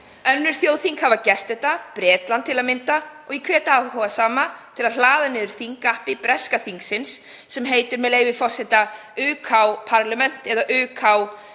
Önnur þjóðþing hafa gert þetta, Bretland til að mynda. Ég hvet áhugasama til að hlaða niður þingappi breska þingsins sem heitir, með leyfi forseta, „UK Parliament“ eða UK þing.